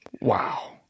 Wow